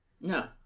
No